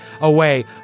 away